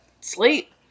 sleep